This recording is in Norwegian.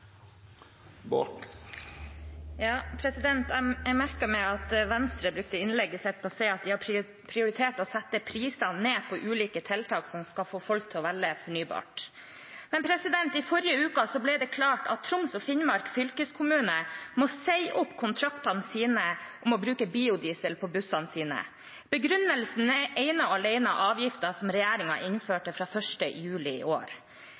Jeg merket meg at Venstres representant brukte innlegget sitt til å si at de har prioritert å sette prisene ned på ulike tiltak som skal få folk til å velge fornybart. Men i forrige uke ble det klart at Troms og Finnmark fylkeskommune må si opp kontraktene om å bruke biodiesel på bussene sine. Begrunnelsen er ene og alene avgiften som regjeringen innførte fra 1. juli i år.